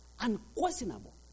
unquestionable